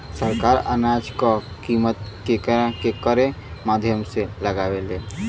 सरकार अनाज क कीमत केकरे माध्यम से लगावे ले?